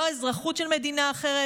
לא אזרחות של מדינה אחרת,